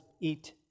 eat